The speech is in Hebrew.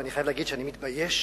ואני חייב לומר שאני מתבייש